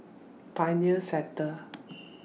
Pioneer Sector